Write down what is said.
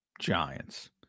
Giants